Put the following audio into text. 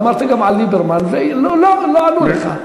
ואמרת גם על ליברמן והם לא ענו לך.